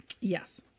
Yes